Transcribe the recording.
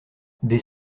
des